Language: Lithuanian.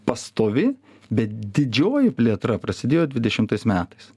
pastovi bet didžioji plėtra prasidėjo dvidešimtais metais